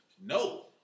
No